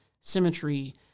symmetry